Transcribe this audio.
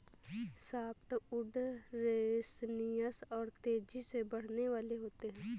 softwood resinous और तेजी से बढ़ने वाले होते हैं